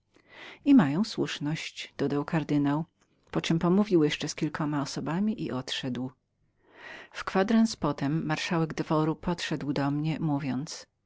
i mają słusznośćsłuszność dodał kardynał poczem pomówił jeszcze z kilkoma osobami i odszedł w kwadrans potem marszałek dworu zaczepił mnie mówiąc